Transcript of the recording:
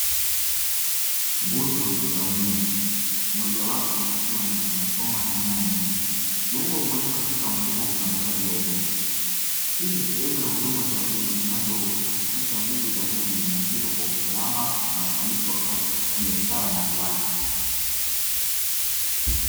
Nguzo za umeme mojawapo ikiwa na transfoma na nyaya nyingi, kiungo muhimu katika mfumo wa usambazaji wa umeme, pindi sehemu ya huduma za umeme zinazo hakikisha nguvu za umeme zinafika kwa usalama na ufanisi wa kazi katika biashara na viwanda.